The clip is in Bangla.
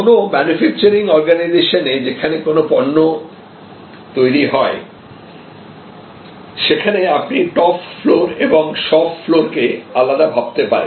কোন ম্যানুফ্যাকচারিং অর্গানাইজেশনে যেখানে কোনো পণ্য তৈরি হয় সেখানে আপনি টপ ফ্লোর এবং শপ ফ্লোরকে আলাদা ভাবতে পারেন